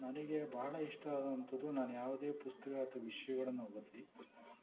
ನನಗೆ ಭಾಳ ಇಷ್ಟ ಆದಂಥದ್ದು ನಾನು ಯಾವುದೇ ಪುಸ್ತಕ ಅಥವಾ ವಿಷಯಗಳನ್ನ ಓದಿ